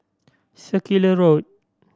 Circular Road